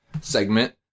segment